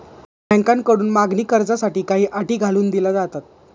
बँकांकडून मागणी कर्जासाठी काही अटी घालून दिल्या जातात